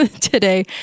today